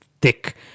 thick